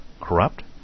corrupt